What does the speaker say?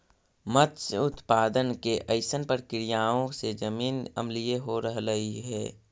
मत्स्य उत्पादन के अइसन प्रक्रियाओं से जमीन अम्लीय हो रहलई हे